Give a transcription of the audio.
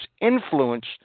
influenced